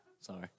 sorry